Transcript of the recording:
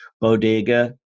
bodega